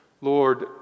Lord